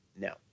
No